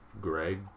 Greg